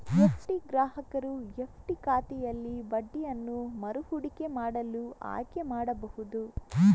FD ಗ್ರಾಹಕರು FD ಖಾತೆಯಲ್ಲಿ ಬಡ್ಡಿಯನ್ನು ಮರು ಹೂಡಿಕೆ ಮಾಡಲು ಆಯ್ಕೆ ಮಾಡಬಹುದು